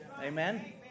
Amen